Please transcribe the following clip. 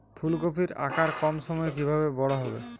ফুলকপির আকার কম সময়ে কিভাবে বড় হবে?